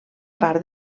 part